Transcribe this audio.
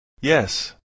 Yes